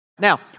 Now